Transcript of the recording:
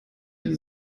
die